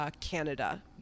Canada